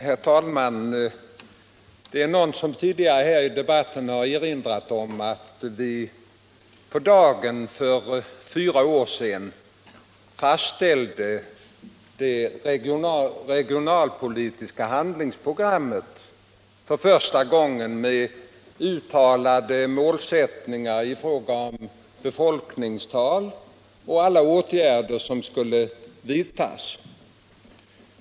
Herr talman! Någon har tidigare i debatten erinrat om att vi för på dagen fyra år sedan fastställde det regionalpolitiska handlingsprogrammet, för första gången med uttalade målsättningar i fråga om befolkningstal och alla åtgärder som skulle vidtas.